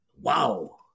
Wow